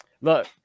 Look